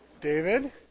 David